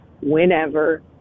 whenever